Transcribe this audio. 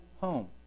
home